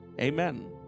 Amen